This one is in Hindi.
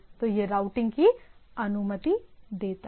तो यह राउटिंग की अनुमति देता है